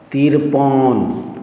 तिरपन